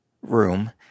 room